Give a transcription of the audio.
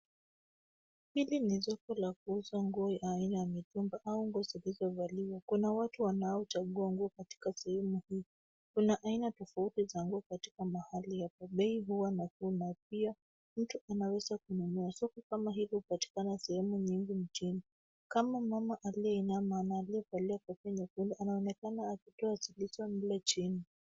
Hili ni soko la kuuza nguo aina ya mitumba au nguo zilizovaliwa. Kuna watu wanaochagua nguo katikati ya eneo hii. Kuna aina tofauti ya nguo katika mahali hapa. Bei huwa nafuu na pia mtu anaweza kununua. Soko kama hili hupatikana sehemu nyingi nchini. Kama mama aliyeinama na aliyevalia kofia nyekundu anaonekana akitoa kilicho mle chini.